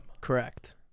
Correct